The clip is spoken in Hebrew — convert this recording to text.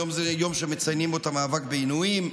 היום זה היום שמציינים בו את המאבק בעינויים.